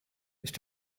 ist